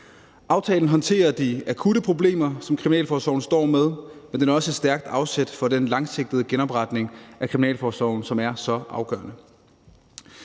Aftalen håndterer de akutte problemer, som kriminalforsorgen står med, men den er også et stærkt afsæt for den langsigtede genopretning af kriminalforsorgen, som er så afgørende.